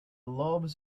lobes